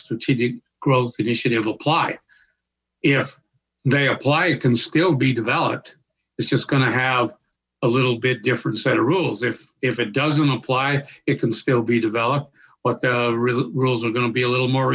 strategic growth initiative apply if they apply it can still be developed it's just gonna have a little bit different set of rules if if it doesn't apply it can still be developed what real rules are gonna be a little more